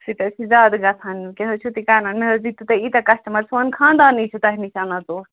سُہ تہِ حظ زیادٕ گژھان کیٛاہ حظ چھُو تُہۍ کَران مےٚ حظ دِتِو تۄہہِ ییٖتیٛاہ کَسٹَمر سون خانٛدانٕے چھُ تۄہہِ نِش اَنان ژوٚٹ